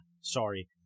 sorry